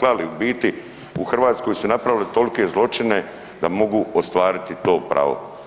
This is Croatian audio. klali, u biti u Hrvatskoj su napravili tolke zločine da mogu ostvariti to pravo.